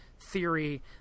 theory